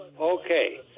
Okay